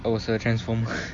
I was a transformer